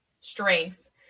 strengths